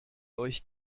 euch